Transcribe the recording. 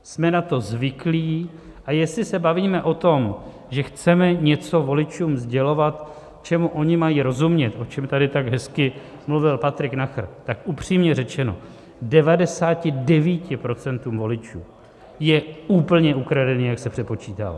Jsme na to zvyklí, a jestli se bavíme o tom, že chceme něco voličům sdělovat, čemu oni mají rozumět, o čem tady tak hezky mluvil Patrik Nacher, tak upřímně řečeno, 99 procentům voličů je úplně ukradené, jak se přepočítává.